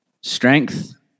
strength